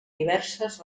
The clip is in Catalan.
diverses